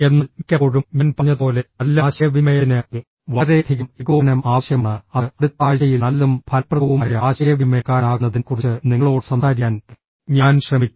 എന്നാൽ മിക്കപ്പോഴും ഞാൻ പറഞ്ഞതുപോലെ നല്ല ആശയവിനിമയത്തിന് വളരെയധികം ഏകോപനം ആവശ്യമാണ് അത് അടുത്ത ആഴ്ചയിൽ നല്ലതും ഫലപ്രദവുമായ ആശയവിനിമയക്കാരനാകുന്നതിനെക്കുറിച്ച് നിങ്ങളോട് സംസാരിക്കാൻ ഞാൻ ശ്രമിക്കും